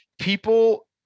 people